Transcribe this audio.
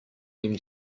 them